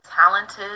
talented